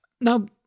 Now